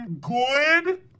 good